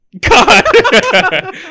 God